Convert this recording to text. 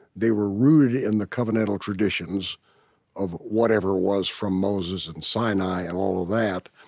they were rooted in the covenantal traditions of whatever it was from moses and sinai and all of that.